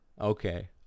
okay